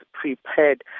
prepared